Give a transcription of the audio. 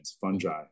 fungi